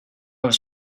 was